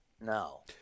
No